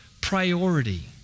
priority